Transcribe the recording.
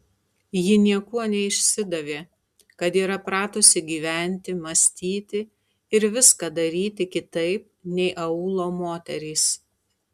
ji niekuo neišsidavė kad yra pratusi gyventi mąstyti ir viską daryti kitaip nei aūlo moterys